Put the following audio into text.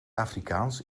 afrikaans